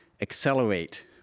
accelerate